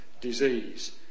disease